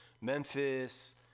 Memphis